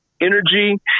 energy